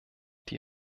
die